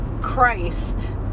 Christ